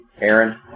Aaron